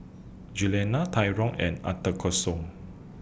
Juliana Tyron and